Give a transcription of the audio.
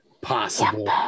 possible